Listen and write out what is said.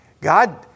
God